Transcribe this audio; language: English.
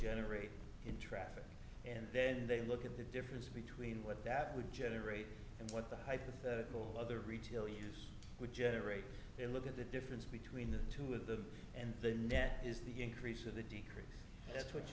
generate in traffic and then they look at the difference between what that would generate and what the hypothetical other retail use would generate they look at the difference between the two of them and then that is the increase of the decrease that's what